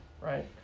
right